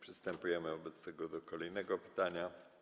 Przystępujemy wobec tego do kolejnego pytania.